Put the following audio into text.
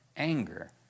anger